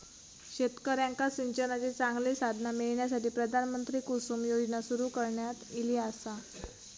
शेतकऱ्यांका सिंचनाची चांगली साधना मिळण्यासाठी, प्रधानमंत्री कुसुम योजना सुरू करण्यात ईली आसा